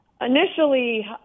Initially